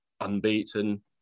unbeaten